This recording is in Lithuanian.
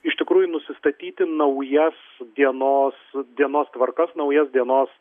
iš tikrųjų nusistatyti naujas dienos dienos tvarkas naujas dienos